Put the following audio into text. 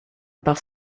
part